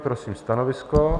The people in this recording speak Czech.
Prosím stanovisko.